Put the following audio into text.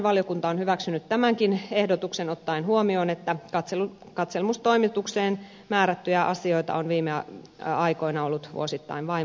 valiokunta on hyväksynyt tämänkin ehdotuksen ottaen huomioon että katselmustoimitukseen määrättyjä asioita on viime aikoina ollut vuosittain vain muutamia